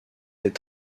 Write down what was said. est